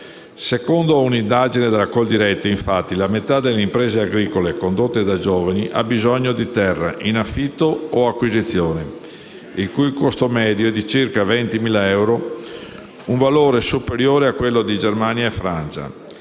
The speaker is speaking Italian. Secondo un'indagine di Coldiretti, la metà delle imprese agricole condotte da giovani ha bisogno di terra, in affitto o acquisizione, il cui costo medio è di circa 20.000 euro, un valore superiore a quelli di Germania e Francia.